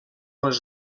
les